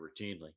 routinely